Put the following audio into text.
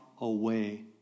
away